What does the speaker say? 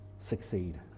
succeed